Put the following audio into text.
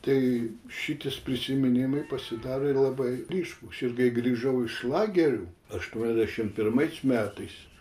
tai šitas prisiminimai pasidaro ir labai ryškūs ir kai grįžau iš lagerių aštuoniasdešim pirmais metais